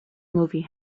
movie